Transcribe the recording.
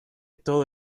todo